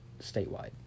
statewide